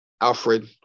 Alfred